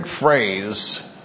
phrase